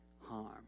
harm